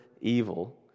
evil